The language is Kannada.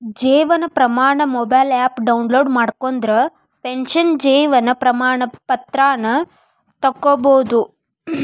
Jeevan Pramaan mobile app download ಮಾಡ್ಕೊಂಡ್ರ ಪೆನ್ಷನ್ ಜೇವನ್ ಪ್ರಮಾಣ ಪತ್ರಾನ ತೊಕ್ಕೊಬೋದು